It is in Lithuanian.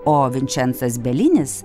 o vinčencas belinis